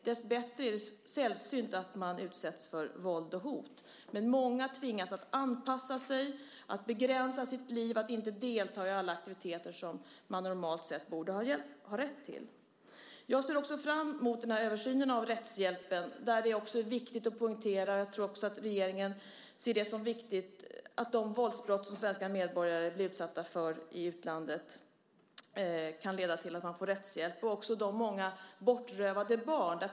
Dessbättre är det sällsynt att man utsätts för våld och hot, men många tvingas anpassa sig och begränsa sina liv och kan därmed inte delta i alla de aktiviteter som de normalt borde ha rätt till. Vidare ser jag fram emot översynen av rättshjälpen. Det är då viktigt att poängtera - jag tror att även regeringen ser det som viktigt - att de svenska medborgare som blir utsatta för våldsbrott i utlandet ska kunna få rättshjälp. Det gäller också fallen med de många bortrövade barnen.